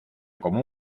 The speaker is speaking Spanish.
como